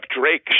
Drake